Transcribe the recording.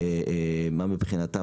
מה מבחינתם,